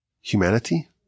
Humanity